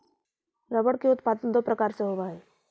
rubber के उत्पादन दो प्रकार से होवऽ हई